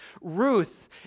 Ruth